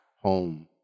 home